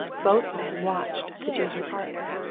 both men watched the junior partner.